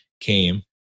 came